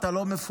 אתה לא מפונה,